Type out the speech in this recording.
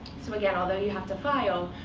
so again, although you have to file,